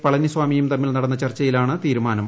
പളനിസ്വാമിയും തമ്മിൽ നടന്ന ചർച്ചയിലാണ് തീരുമാനം